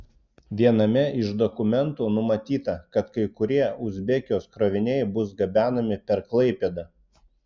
viename iš dokumentų numatyta kad kai kurie uzbekijos kroviniai bus gabenami per klaipėdą